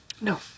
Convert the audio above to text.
No